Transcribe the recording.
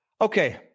Okay